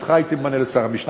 אותך הייתי ממנה לשר המשטרה.